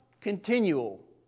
continual